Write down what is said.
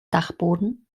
dachboden